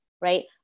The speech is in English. right